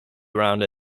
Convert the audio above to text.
around